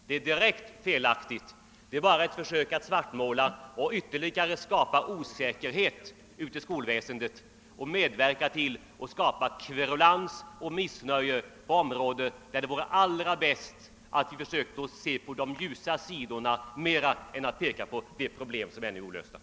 Det är bara ett försök att svartmåla och skapa ytterligare osäkerhet inom skolväsendet och medverka till kverulans och missnöje på områden där det vore bättre att försöka se på de ljusa sidorna än att peka på ännu olösta problem.